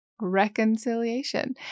reconciliation